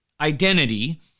identity